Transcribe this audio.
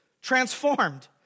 transformed